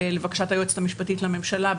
לבקשת היועצת המשפטית לממשלה,